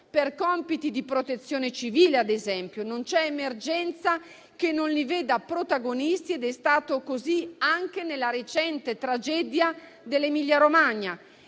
per compiti di protezione civile, ad esempio. Non c'è emergenza che non li veda protagonisti ed è stato così anche nella recente tragedia dell'Emilia-Romagna.